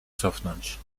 cofnąć